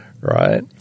right